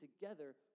together